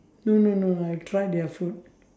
no no no I'll try their food